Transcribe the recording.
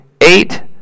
eight